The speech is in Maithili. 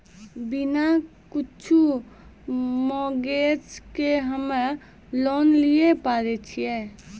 बिना कुछो मॉर्गेज के हम्मय लोन लिये पारे छियै?